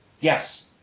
Yes